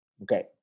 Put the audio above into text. Okay